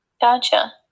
Gotcha